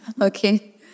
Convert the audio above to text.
Okay